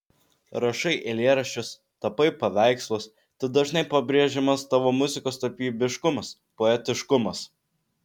rašai eilėraščius tapai paveikslus tad dažnai pabrėžiamas tavo muzikos tapybiškumas poetiškumas